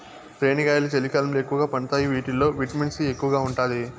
రేణిగాయాలు చలికాలంలో ఎక్కువగా పండుతాయి వీటిల్లో విటమిన్ సి ఎక్కువగా ఉంటాది